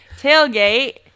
tailgate